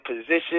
position